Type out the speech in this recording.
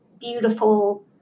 beautiful